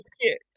cute